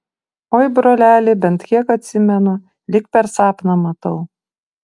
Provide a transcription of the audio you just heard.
oi broleli bent kiek atsimenu lyg per sapną matau